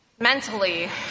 Mentally